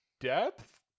depth